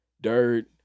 Dirt